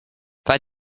that